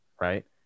Right